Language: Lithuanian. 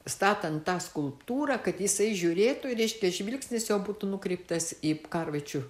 statant tą skulptūrą kad jisai žiūrėtų į reiškia žvilgsnis jo būtų nukreiptas į karvaičių